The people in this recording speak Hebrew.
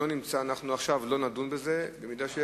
הוא אינו נוכח, ולכן לא נדון בזה עכשיו.